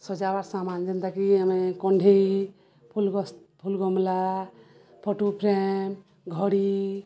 ସଜାବାର ସାମାନ ଯେନ୍ତାକି ଆମେ କଣ୍ଢେଇ ଫୁଲ ଫୁଲଗମଲା ଫଟୁ ଫ୍ରେମ୍ ଘଡ଼ି